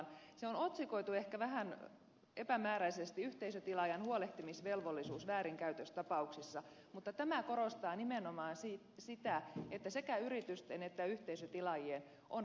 se on otsikoitu ehkä vähän epämääräisesti yhteisötilaajan huolehtimisvelvollisuus väärinkäytöstapauksissa mutta tämä korostaa nimenomaan sitä että sekä yritysten että yhteisötilaajien on varmistettava tietosuoja